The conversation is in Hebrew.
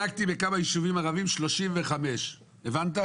בדקתי בכמה יישובים ערבים, 35. הבנת?